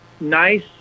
nice